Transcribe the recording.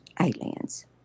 aliens